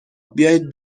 بیایید